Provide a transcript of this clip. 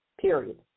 period